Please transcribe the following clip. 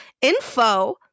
info